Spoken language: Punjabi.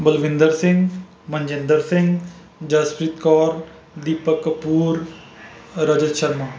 ਬਲਵਿੰਦਰ ਸਿੰਘ ਮਨਜਿੰਦਰ ਸਿੰਘ ਜਸਪ੍ਰੀਤ ਕੌਰ ਦੀਪਕ ਕਪੂਰ ਰਜਤ ਸ਼ਰਮਾ